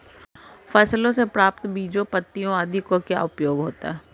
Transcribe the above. फसलों से प्राप्त बीजों पत्तियों आदि का क्या उपयोग होता है?